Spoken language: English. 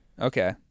Okay